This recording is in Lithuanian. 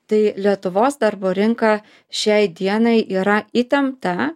tai lietuvos darbo rinka šiai dienai yra įtempta